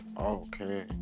okay